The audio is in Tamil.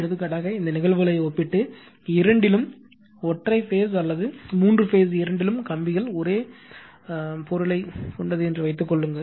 எடுத்துக்காட்டாக இந்த நிகழ்வுகளை ஒப்பிட்டு இரண்டிலும் ஒற்றை பேஸ் அல்லது மூன்று பேஸ் இரண்டிலும் கம்பிகள் ஒரே பொருளைக் கொண்டது என்று வைத்துக் கொள்ளுங்கள்